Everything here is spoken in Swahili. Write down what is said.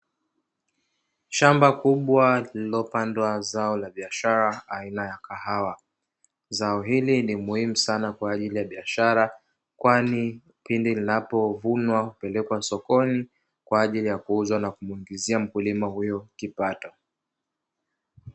Shamba kubwa lililopandwa zao la biashara aina ya kahawa zao hili ni muhimu sana kwa ajili ya biashara, kwani pindi linapovunwa kupelekwa sokoni kwa ajili ya kuuzwa kumuingizia mkulima huyo kipato.